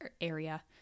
area